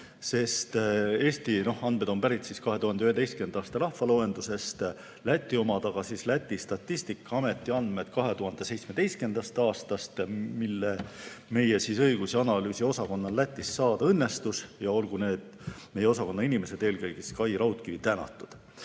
sest Eesti andmed on pärit 2011. aasta rahvaloendusest, Läti omad aga on Läti Statistikaameti andmed 2017. aastast, mis meie õigus- ja analüüsiosakonnal Lätist saada õnnestus, ja olgu need selle osakonna inimesed, eelkõige Kai Raudkivi, tänatud.